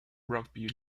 rugby